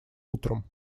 утром